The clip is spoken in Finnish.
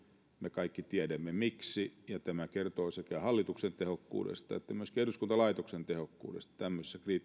me kaikki tiedämme miksi ja tämä kertoo sekä hallituksen tehokkuudesta että myöskin eduskuntalaitoksen tehokkuudessa tämmöisessä kriittisessä